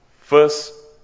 First